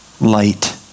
light